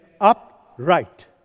upright